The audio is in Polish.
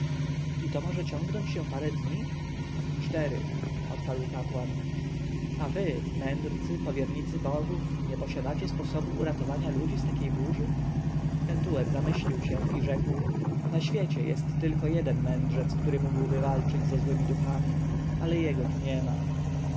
i to może ciągnąć się parę dni cztery odparł kapłan a wy mędrcy powiernicy bogów nie posiadacie sposobu uratowania ludzi z takiej burzy pentuer zamyślił się i rzekł na świecie jest tylko jeden mędrzec który mógłby walczyć ze złemi duchami ale jego tu niema